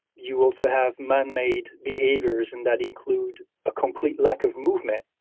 you also have man made behaviors and that include a complete lack of movement,